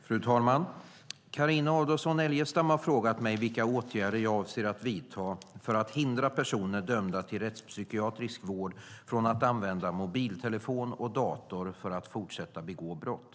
Fru talman! Carina Adolfsson Elgestam har frågat mig vilka åtgärder jag avser att vidta för att hindra personer dömda till rättspsykiatrisk vård från att använda mobiltelefon och dator för att fortsätta begå brott.